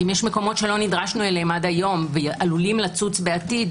כי אם יש מקומות שלא נדרשנו אליהם עד היום ועלולים לצוץ בעתיד,